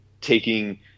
taking